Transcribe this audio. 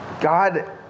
God